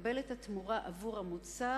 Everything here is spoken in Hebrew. לקבל את התמורה עבור המוצר,